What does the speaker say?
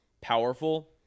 powerful